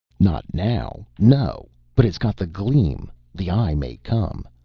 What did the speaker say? not now, no, but it's got the gleam the eye may come.